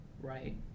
Right